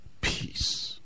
peace